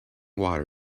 water